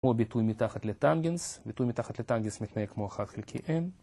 הוא הביטוי מתחת לטנגנס, ביטוי מתחת לטנגנס מתנהג כמו אחד חלקי n